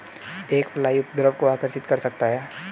एक फ्लाई उपद्रव को आकर्षित कर सकता है?